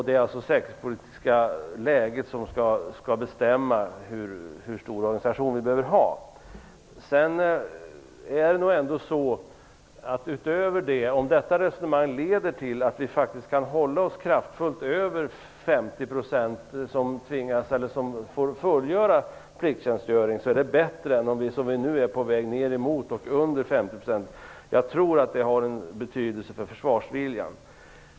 Det är alltså det säkerhetspolitiska läget som skall bestämma hur stor organisation vi behöver ha. Om detta resonemang leder till att vi kan hålla oss kraftfullt över nivån där 50 % får fullgöra plikttjänstgöring, är det bättre än att gå mot under 50 %, som i dag. Jag tror att det har en betydelse för försvarsviljan.